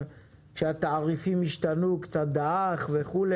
וכשהתעריפים השתנו קצת דעך וכו'.